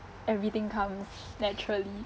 everything comes naturally